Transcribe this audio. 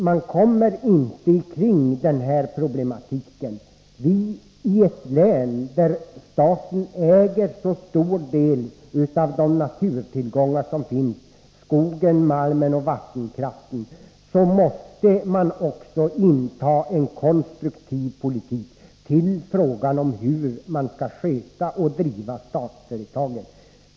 Man kommer inte ifrån problematiken att man i ett län där staten äger en så stor del av de naturtillgångar som finns — skogen, malmen och vattenkraften — måste föra en konstruktiv politik när det gäller frågan om hur man skall driva de statliga företagen.